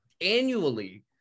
annually